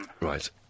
Right